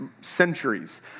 centuries